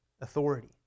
authority